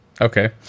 Okay